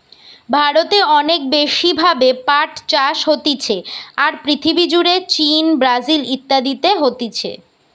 ভারতে অনেক বেশি ভাবে পাট চাষ হতিছে, আর পৃথিবী জুড়ে চীন, ব্রাজিল ইত্যাদিতে হতিছে